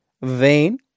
vain